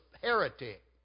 heretic